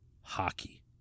hockey